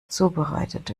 zubereitet